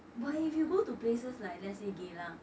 but if you go to places like lets say geylang